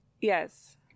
Yes